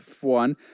one